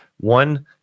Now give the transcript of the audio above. one